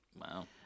Wow